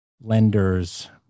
lenders